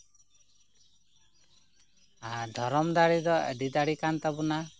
ᱟᱨ ᱫᱷᱚᱨᱚᱢ ᱫᱟᱲᱮ ᱫᱚ ᱟᱹᱰᱤ ᱫᱟᱲᱮ ᱠᱟᱱ ᱛᱟᱵᱚᱱᱟ